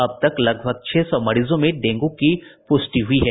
अब तक लगभग छह सौ मरीजों में डेंगू की पुष्टि हुई है